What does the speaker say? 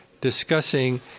discussing